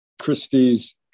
Christie's